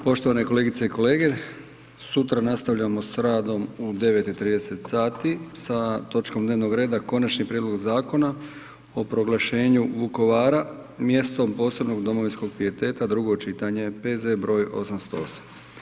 Poštovane kolegice i kolege, sutra nastavljamo s radom u 9 i 30 sati sa točkom dnevnom reda Konačni prijedlog Zakona o proglašenju Vukovara mjestom posebnog domovinskog pijeteta, drugo čitanje, P.Z. br. 808.